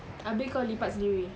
abeh kau lipat sendiri